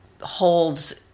holds